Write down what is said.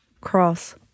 cross